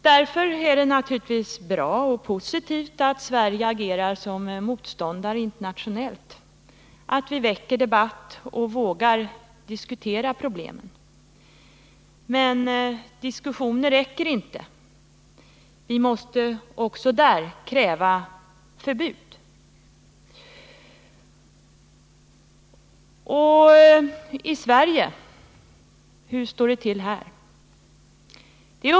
Därför är det naturligtvis bra och positivt att Sverige i internationella sammanhang agerar som motståndare, att vi väcker debatt och vågar diskutera problemet. Men diskussioner räcker inte — vi måste också kräva förbud. Och hur står det till i Sverige?